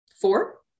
Four